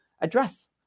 address